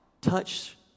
touch